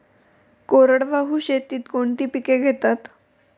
कोरडवाहू शेतीत कोणती पिके घेतात?